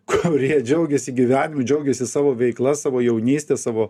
kurie džiaugiasi gyvenimu džiaugiasi savo veikla savo jaunystę savo